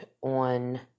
on